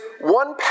one